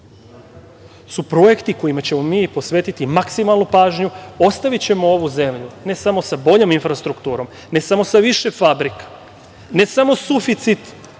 su projekti kojima ćemo mi posvetiti maksimalnu pažnju. Ostavićemo ovu zemlju ne samo sa boljom infrastrukturom, ne samo sa više fabrika, ne samo suficit